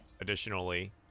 ...additionally